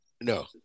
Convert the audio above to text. No